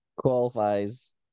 Qualifies